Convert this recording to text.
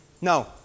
No